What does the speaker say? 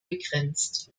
begrenzt